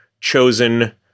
chosen